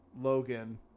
logan